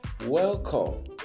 Welcome